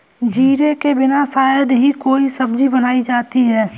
जीरे के बिना शायद ही कोई सब्जी बनाई जाती है